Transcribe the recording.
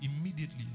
immediately